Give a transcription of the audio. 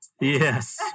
Yes